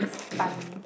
stun